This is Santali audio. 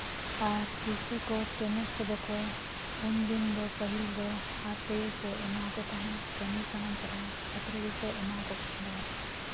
ᱟᱨ ᱯᱚᱭᱥᱟ ᱠᱚ ᱯᱮᱢᱮᱱᱴ ᱠᱚᱫᱚ ᱠᱚ ᱩᱱᱫᱤᱱ ᱫᱚ ᱯᱟᱹᱦᱤᱞ ᱫᱚ ᱦᱟᱛ ᱨᱮᱜᱮ ᱠᱚ ᱮᱢᱟ ᱠᱚ ᱛᱟᱦᱮᱱ ᱠᱟᱹᱢᱤ ᱥᱟᱶ ᱛᱚᱨᱟ ᱦᱟᱛ ᱨᱮᱜᱮ ᱠᱚ ᱮᱢᱟ ᱠᱚ ᱠᱟᱱ ᱛᱟᱦᱮᱱ